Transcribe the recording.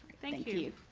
thank you.